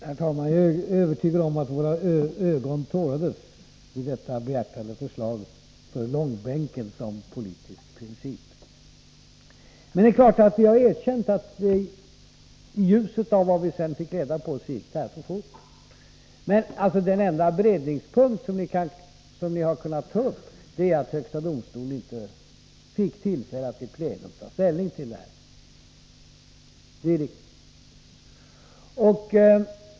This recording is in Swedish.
Herr talman! Jag är övertygad om att allas ögon tårades vid förslaget om långbänken som politisk princip. Jag har erkänt att det i ljuset av vad vi sedan fick reda på stod klart att Ove Rainers utnämning gick för fort. Men den enda beredningspunkt som ni har kunnat ta upp är att högsta domstolen inte fick tillfälle att i plenum ta ställning till denna utnämning.